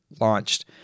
launched